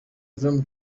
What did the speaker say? drama